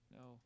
No